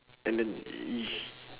and then